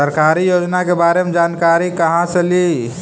सरकारी योजना के बारे मे जानकारी कहा से ली?